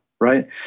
right